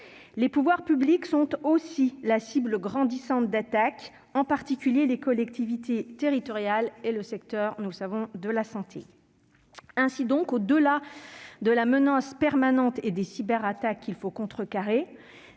Les pouvoirs publics sont eux aussi la cible grandissante d'attaques, en particulier les collectivités territoriales et le secteur de la santé. Par conséquent, au-delà de la menace permanente des cyberattaques dont il faut se protéger,